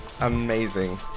Amazing